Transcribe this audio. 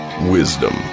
Wisdom